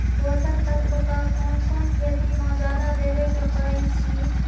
पोषक तत्व क कौन कौन खेती म जादा देवे क परईछी?